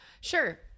Sure